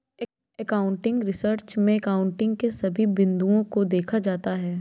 accounting research में accounting के सभी बिंदुओं को देखा जाता है